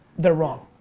they're wrong.